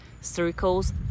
circles